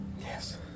Yes